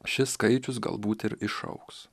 šis skaičius galbūt ir išaugs